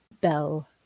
Bell